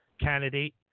candidate